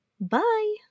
Bye